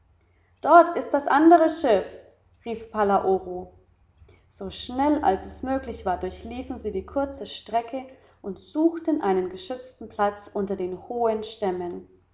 dort ist das andere schiff rief palaoro so schnell als es möglich war durchliefen sie die kurze strecke und suchten einen geschützten platz unter den hohen stämmen